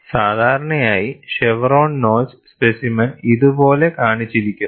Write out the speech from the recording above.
സാധാരണയായി chevron notch specimen ഇതുപോലെ കാണിച്ചിരിക്കുന്നു